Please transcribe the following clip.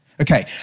Okay